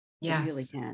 Yes